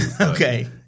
Okay